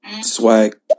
Swag